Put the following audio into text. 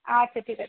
আচ্ছা ঠিক আছে